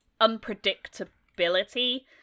unpredictability